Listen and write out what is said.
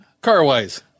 car-wise